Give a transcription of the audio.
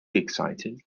excited